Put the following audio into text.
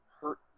hurt